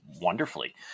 wonderfully